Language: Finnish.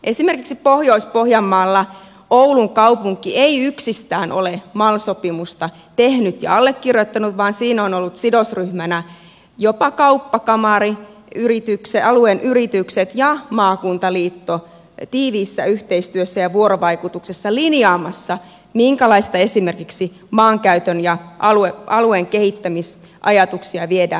esimerkiksi pohjois pohjanmaalla oulun kaupunki ei yksistään ole mal sopimusta tehnyt ja allekirjoittanut vaan siinä ovat olleet sidosryhmänä jopa kauppakamari alueen yritykset ja maakuntaliitto tiiviissä yhteistyössä ja vuorovaikutuksessa linjaamassa minkälaisia esimerkiksi maankäytön ja alueen kehittämisajatuksia viedään eteenpäin